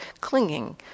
clinging